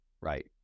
right